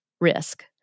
risk